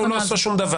הוא לא עשה שום דבר.